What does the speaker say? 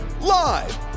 live